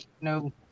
no